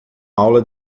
aula